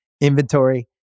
inventory